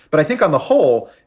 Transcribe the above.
but i think on the whole,